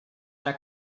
ara